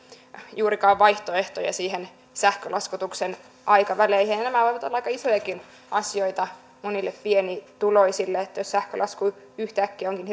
juurikaan vaihtoehtoja niihin sähkölaskutuksen aikaväleihin nämähän voivat olla aika isojakin asioita monille pienituloisille jos sähkölasku yhtäkkiä onkin